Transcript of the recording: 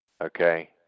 Okay